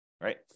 right